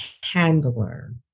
handler